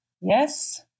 yes